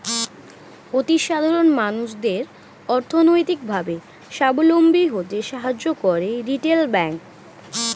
অতি সাধারণ মানুষদের অর্থনৈতিক ভাবে সাবলম্বী হতে সাহায্য করে রিটেল ব্যাংক